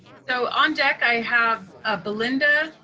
so on deck, i have a belinda